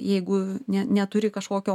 jeigu ne neturi kažkokio